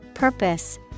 Purpose